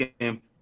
game